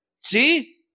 See